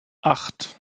acht